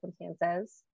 circumstances